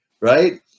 right